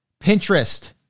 Pinterest